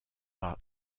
par